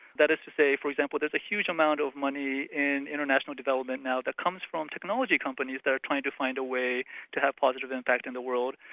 that is to say for example, that the huge amount of money in international development now that comes from technology companies that are trying to find a way to have positive impact in the world,